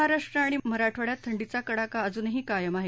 मध्य महाराष्ट्र आणि मराठवाङ्यात थंडीचा कडाका अजूनही कायम आहे